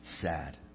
sad